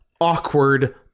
awkward